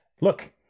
look